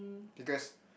because